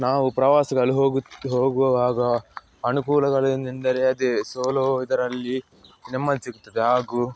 ನಾವು ಪ್ರವಾಸಗಳು ಹೋಗುವಾಗ ಅನುಕೂಲಗಳೇನೆಂದರೆ ಅದೇ ಸೋಲೊ ಇದರಲ್ಲಿ ನೆಮ್ಮದಿ ಸಿಗ್ತದೆ ಹಾಗೂ